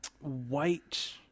white